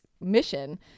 mission